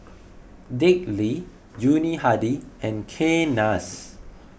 Dick Lee Yuni Hadi and Kay Das